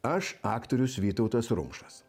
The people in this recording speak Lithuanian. aš aktorius vytautas rumšas